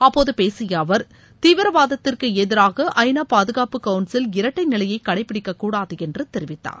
அப்போது பேசிய அவர் தீவிரவாதத்திற்கு எதிராக ஐநா பாதுகாப்பு கவுள்சில் இரட்டை நிலையை கடைபிடிக்கக் கூடாது என்று தெரிவித்தார்